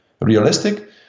realistic